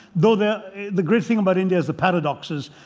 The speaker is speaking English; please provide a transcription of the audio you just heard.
though the the great thing about india is the paradoxes.